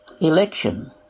election